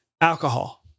Alcohol